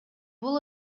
бул